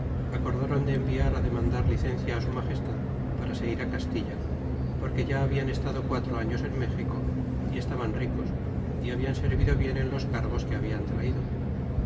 acordron de enviar demandar licencia su magestad para se ir castilla porque habian estado quatro años en méxico y estaban ricos y habian servido bien en los cargos que habian traido